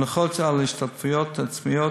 הנחות בהשתתפויות עצמיות,